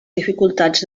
dificultats